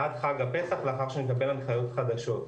עד חג הפסח לאחר שנקבל הנחיות חדשות.